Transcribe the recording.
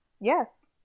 Yes